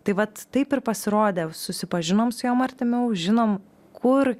tai vat taip ir pasirodė susipažinom su jom artimiau žinom kur